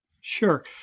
Sure